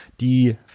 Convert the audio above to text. die